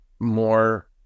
more